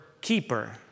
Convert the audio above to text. keeper